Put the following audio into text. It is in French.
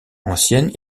ancienne